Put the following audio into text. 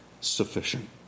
sufficient